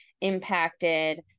impacted